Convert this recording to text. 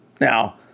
Now